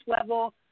level